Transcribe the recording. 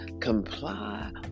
comply